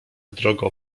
drogo